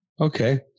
Okay